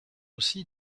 aussi